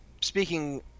speaking